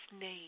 name